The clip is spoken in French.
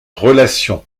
relations